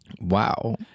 Wow